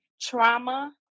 trauma